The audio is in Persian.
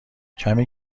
کمی